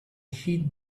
hit